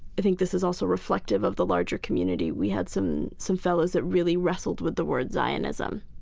i think this is also reflective of the larger community. we had some some fellows that really wrestled with the word zionism.